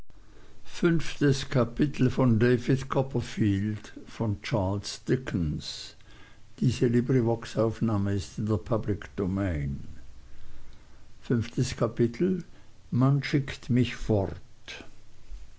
fünftes kapitel man schickt mich fort